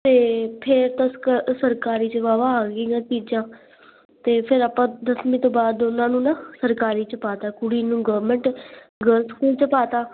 ਆਤੇ ਫੇਰ ਤਾਂ ਸ ਸਰਕਾਰੀ 'ਚ ਵਾ ਵਾ ਆਗੀਆ ਚੀਜ਼ਾਂ ਅਤੇ ਫਿਰ ਆਪਾਂ ਦਸਵੀਂ ਤੋਂ ਬਾਅਦ ਦੋਨਾਂ ਨੂੰ ਨਾ ਸਰਕਾਰੀ 'ਚ ਪਾ ਦਿੱਤਾ ਕੁੜੀ ਨੂੰ ਗਵਰਮੈਂਟ ਗਲਜ਼ ਸਕੂਲ 'ਚ ਪਾ ਦਿੱਤਾ